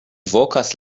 vokas